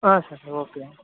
ಹಾಂ ಸರಿ ಓಕೆ